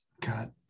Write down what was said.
cut